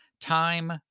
time